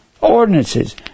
ordinances